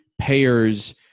payers